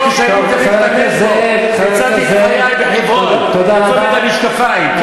פצעתי את עיני בחברון, לכן המשקפיים.